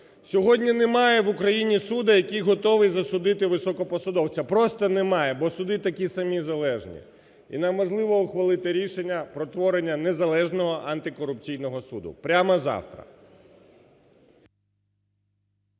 Сьогодні немає в Україні суду, який готовий засудити високопосадовця, просто немає, бо суди такі самі залежні. І нам можливо ухвалити рішення про творення незалежного антикорупційного суду. Прямо завтра.